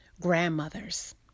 Grandmothers